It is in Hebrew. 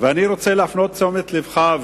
ואני רוצה להפנות תשומת לבך,